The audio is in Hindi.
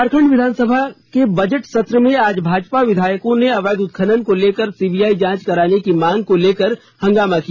झारखंड विधानसभा के बजट सत्र में आज भाजपा विधायकों ने अवैध उत्खनन को लेकर सीबीआई जांच कराने की मांग को लेकर हंगामा किया